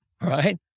Right